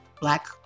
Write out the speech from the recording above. Black